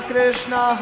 Krishna